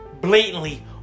blatantly